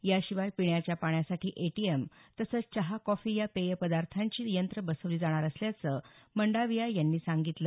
याशिवाय पिण्याच्या पाण्यासाठी एटीएम तसंच चहा कॉफी या पेय पदार्थांची यंत्र बसवली जाणार असल्याचं मंडाविया यांनी सांगितलं